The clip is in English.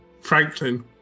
Franklin